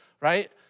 right